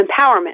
empowerment